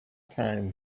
time